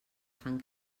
fan